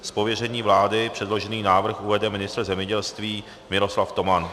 Z pověření vlády předložený návrh uvede ministr zemědělství Miroslav Toman.